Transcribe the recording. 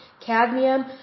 cadmium